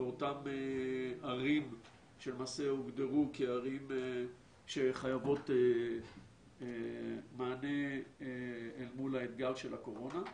לאותן ערים שלמעשה הוגדרו כערים שחייבות מענה אל מול האתגר של הקורונה,